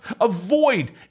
avoid